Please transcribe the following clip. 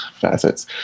facets